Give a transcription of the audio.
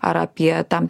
ar apie tam